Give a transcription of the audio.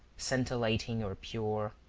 scintillating or pure.